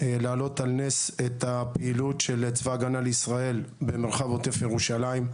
להעלות על נס את הפעילות של צה"ל במרחב עוטף ירושלים,